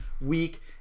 week